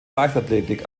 leichtathletik